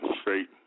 straight